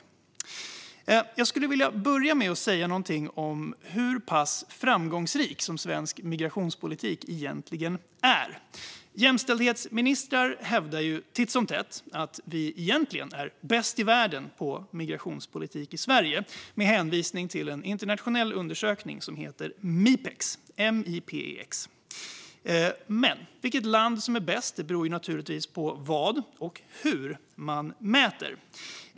Jag skulle vilja börja med att säga någonting om hur pass framgångsrik svensk integrationspolitik egentligen är. Jämställdhetsministrar hävdar ju titt som tätt att vi i Sverige egentligen är bäst i världen på migrationspolitik, med hänvisning till en internationell undersökning som heter Mipex. Men vilket land som är bäst beror naturligtvis på vad och hur man mäter.